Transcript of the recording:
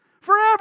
Forever